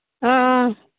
ꯑꯥ ꯑꯥ